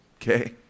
okay